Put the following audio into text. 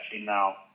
now